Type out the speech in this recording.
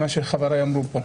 מה שחבריי אמרו פה,